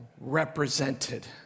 represented